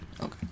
Okay